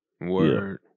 Word